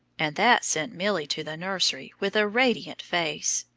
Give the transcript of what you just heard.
and that sent milly to the nursery with a radiant face,